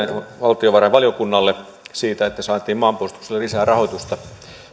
valtiovarainvaliokunnalle siitä että saatiin maanpuolustukselle lisää rahoitusta